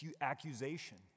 accusation